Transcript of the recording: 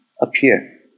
appear